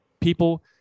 people